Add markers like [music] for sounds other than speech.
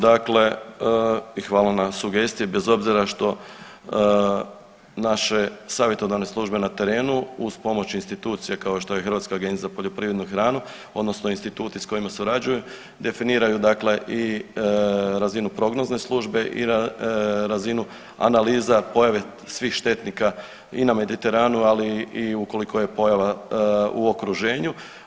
Dakle i hvala na sugestiji, bez obzira što naše savjetodavne službe na terenu uz pomoć institucije kao što je Hrvatska agencija za poljoprivredu i hranu odnosno instituti s kojima surađuje, definiraju dakle i razinu … [unintelligible] službe i razinu analiza pojave svih štetnika i na Mediteranu ali i ukoliko je pojava u okruženju.